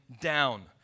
down